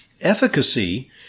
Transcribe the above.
efficacy